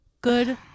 good